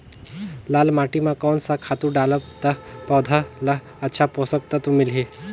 लाल माटी मां कोन सा खातु डालब ता पौध ला अच्छा पोषक तत्व मिलही?